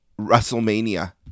WrestleMania